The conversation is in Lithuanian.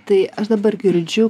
tai aš dabar girdžiu